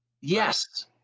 Yes